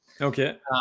Okay